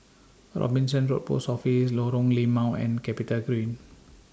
Robinson Road Post Office Lorong Limau and Capitagreen